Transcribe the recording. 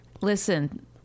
listen